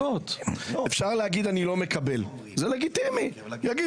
זה דיאלוג.